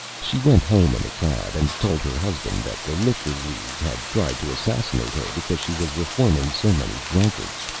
she went home in a cab, and told her husband that the liquor league had tried to assassinate her, because she was reforming so many drunkards.